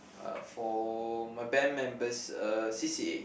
uh for my band member's uh c_c_a